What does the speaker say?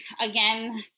again